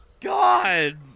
God